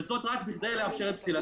וזאת רק כדי לאפשר את פסילתה.